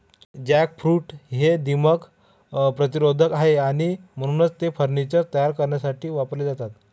jackfruit हे दीमक प्रतिरोधक आहे आणि म्हणूनच ते फर्निचर तयार करण्यासाठी वापरले जाते